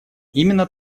именно